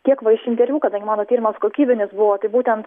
kiek va iš interviu kadangi mano tyrimas kokybinis buvo būtent